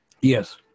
Yes